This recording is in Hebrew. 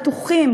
בטוחים,